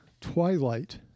twilight